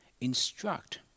instruct